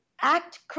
act